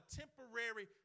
temporary